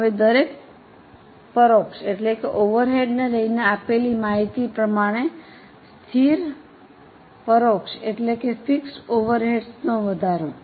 હવે દરેક પરોક્ષ લઈને આપેલ માહિતી પ્રમાણે સ્થિર પરોક્ષ વધારો